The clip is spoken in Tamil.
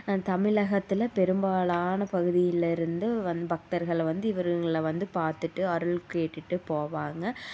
தமிழகத்தில் பெரும்பாலான பகுதியிலிருந்து வந் பக்தர்கள் வந்து இவருங்களை வந்து பார்த்துட்டு அருள் கேட்டுட்டு போவாங்க